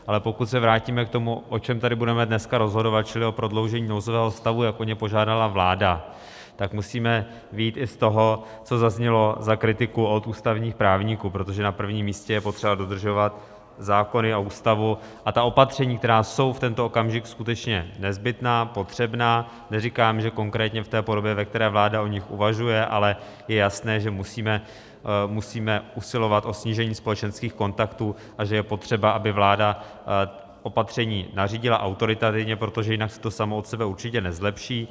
Ale pokud se vrátíme k tomu, o čem tady budeme dneska rozhodovat, čili o prodloužení nouzového stavu, jak o něj požádala vláda, tak musíme vyjít i z toho, co zaznělo za kritiku od ústavních právníků, protože na prvním místě je potřeba dodržovat zákony a Ústavu a ta opatření, která jsou v tento okamžik skutečně nezbytná, potřebná neříkám, že konkrétně v podobě, ve které vláda o nich uvažuje, ale je jasné, že musíme usilovat o snížení společenských kontaktů a že je potřeba, aby vláda opatření nařídila autoritativně, protože jinak se to samo od sebe určitě nezlepší.